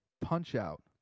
Punch-Out